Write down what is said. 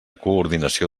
coordinació